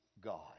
God